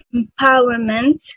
empowerment